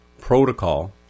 protocol